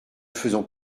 faisons